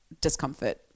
discomfort